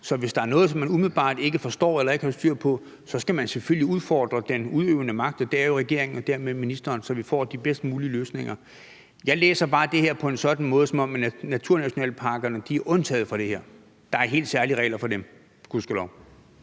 Så hvis der er noget, som man umiddelbart ikke forstår eller ikke har styr på, skal man selvfølgelig udfordre den udøvende magt, og det er jo regeringen og dermed ministeren, så vi får de bedst mulige løsninger. Jeg læser bare det her på en sådan måde, at naturnationalparkerne er undtaget for det her. Der er helt særlige regler for dem – gudskelov.